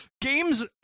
games